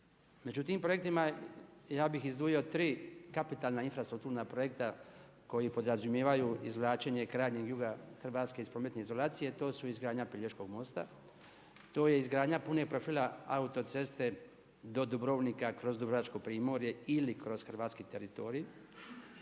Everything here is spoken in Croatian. Među tim projektima ja bih izdvojio tri kapitalna infrastrukturna projekta koji podrazumijevaju izvlačenje krajnjeg juga Hrvatske iz prometne izolacije. To su izgradnja Pelješkog mosta, to je izgradnja punog profila autoceste do Dubrovnika kroz dubrovačko primorje ili kroz hrvatski teritorij.